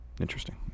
Interesting